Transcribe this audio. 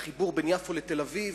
חיבור בין יפו לתל-אביב,